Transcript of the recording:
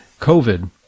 COVID